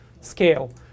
scale